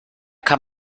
kann